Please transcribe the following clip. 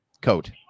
coat